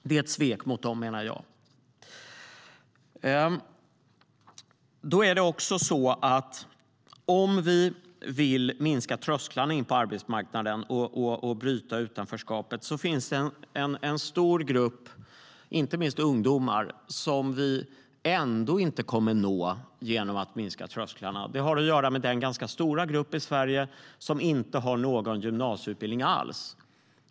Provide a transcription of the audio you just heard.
Det är ett svek mot dessa människor, menar jag. Om vi vill minska trösklarna för att komma in på arbetsmarknaden och bryta utanförskapet finns det en stor grupp, inte minst ungdomar, som vi ändå inte kommer att nå genom att sänka tröskarna. Det har att göra med den ganska stora grupp i Sverige som inte har någon gymnasieutbildning alls.